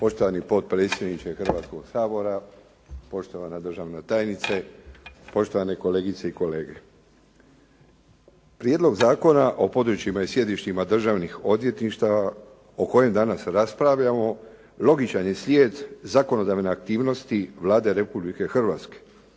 Poštovani potpredsjedniče Hrvatskoga sabora, poštovana državna tajnice, poštovane kolegice i kolege. Prijedlog zakona o područjima i sjedištima državnih odvjetništava o kojem danas raspravljamo logičan je slijed zakonodavne aktivnosti Vlade Republike Hrvatske,